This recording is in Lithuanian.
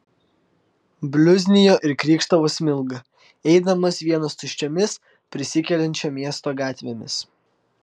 bliuznijo ir krykštavo smilga eidamas vienas tuščiomis prisikeliančio miesto gatvėmis